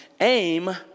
aim